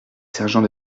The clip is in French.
sergent